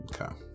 Okay